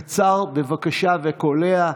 קצר, בבקשה, וקולע,